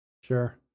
Sure